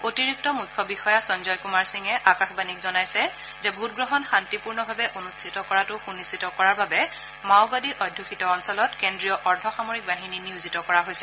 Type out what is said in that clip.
অতিৰিক্ত মুখ্য বিষয়া সঞ্জয় কুমাৰ সিঙে আকাশবাণীক জনাইছে যে ভোটগ্ৰহণ শান্তিপূৰ্ণভাৱে অনূষ্ঠিত কৰাটো সুনিশ্চিত কৰাৰ বাবে মাওবাদী অধ্যযিত অঞ্চলত কেন্দ্ৰীয় অৰ্ধসামৰিক বাহিনী নিয়োজিত কৰা হৈছে